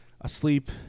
asleep